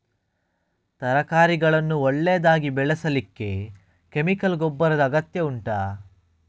ತರಕಾರಿಗಳನ್ನು ಒಳ್ಳೆಯದಾಗಿ ಬೆಳೆಸಲಿಕ್ಕೆ ಕೆಮಿಕಲ್ ಗೊಬ್ಬರದ ಅಗತ್ಯ ಉಂಟಾ